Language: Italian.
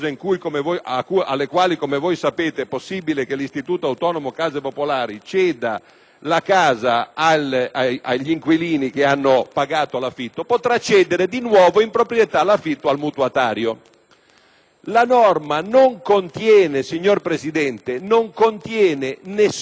La norma non contiene, signor Presidente, alcun riferimento alle condizioni sociali in cui si deve trovare la famiglia (ecco perché l'emendamento in questione